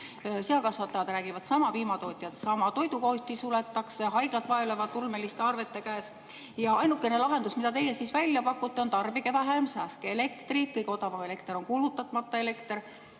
Seakasvatajad räägivad sama, piimatootjad sama. Toidukohti suletakse, haiglad vaevlevad ulmeliste arvete käes. Ainukene lahendus, mida teie välja pakute, on: tarbige vähem, säästke elektrit, kõige odavam elekter on kulutamata elekter.